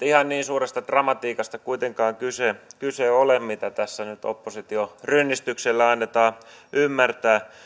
ihan niin suuresta dramatiikasta kuitenkaan kyse ole kuin mitä tässä nyt opposition rynnistyksellä annetaan ymmärtää